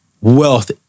wealth